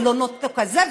ולא נטו כזה,